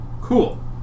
Cool